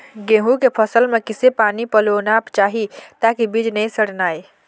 गेहूं के फसल म किसे पानी पलोना चाही ताकि बीज नई सड़ना ये?